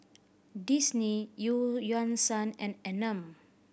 Disney Eu Yan Sang and Anmum